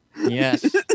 Yes